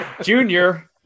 Junior